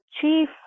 chief